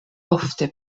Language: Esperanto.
ofte